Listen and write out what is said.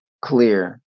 clear